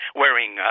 wearing